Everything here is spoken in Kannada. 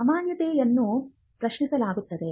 ಅಮಾನ್ಯತೆಯನ್ನು ಪ್ರಶ್ನಿಸಲಾಗುತ್ತದೆ